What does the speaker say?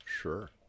Sure